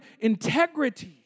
integrity